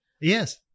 Yes